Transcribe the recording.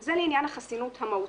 זה לעניין החסינות המהותית.